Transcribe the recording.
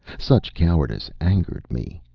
such cowardice angered me.